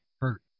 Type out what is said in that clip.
hurt